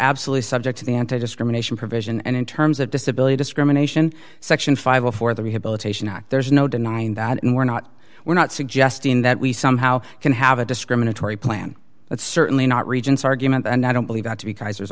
absolutely subject to the anti discrimination provision and in terms of disability discrimination section five or four of the rehabilitation act there's no denying that and we're not we're not suggesting that we somehow can have a discriminatory plan that's certainly not reagents argument and i don't believe got to be kaiser